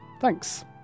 Thanks